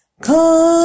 Come